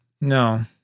No